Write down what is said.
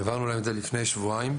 העברנו להם את זה לפני שבועיים.